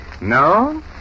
No